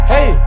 Hey